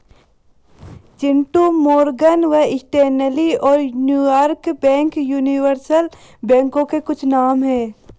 Chintu Morgan Stanley और New York bank universal बैंकों के कुछ नाम है